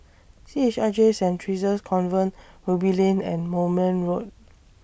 C H I J Saint Theresa's Convent Ruby Lane and Moulmein Road